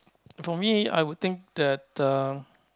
for me I would think that uh